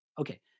Okay